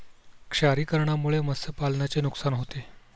क्षारीकरणामुळे मत्स्यपालनाचे नुकसान होते